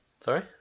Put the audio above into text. Sorry